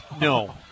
no